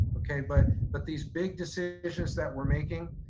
okay, but but these big decisions that we're making,